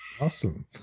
Awesome